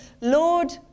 Lord